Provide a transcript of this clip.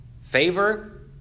favor